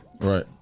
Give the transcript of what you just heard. Right